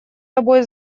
тобой